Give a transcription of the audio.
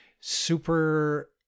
super